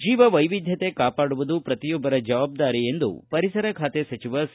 ಜೀವಿವೈವಿಧ್ಯತೆ ಕಾಪಾಡುವುದು ಪ್ರತಿಯೊಬ್ಬರ ಜವಾಬ್ದಾರಿ ಎಂದು ಪರಿಸರ ಖಾತೆ ಸಚಿವ ಸಿ